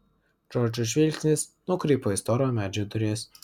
džordžo žvilgsnis nukrypo į storo medžio duris